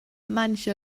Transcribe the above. manche